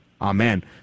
Amen